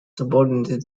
subordinated